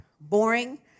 boring